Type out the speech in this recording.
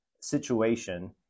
situation